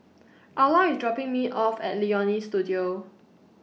Arla IS dropping Me off At Leonie Studio